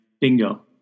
bingo